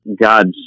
God's